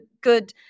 good